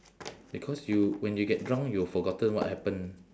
because you when you get drunk you forgotten what happen